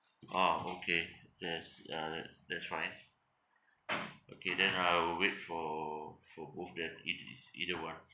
orh okay yes uh that that's fine okay then I will wait for forboth the it is either one